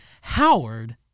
Howard